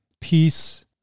Peace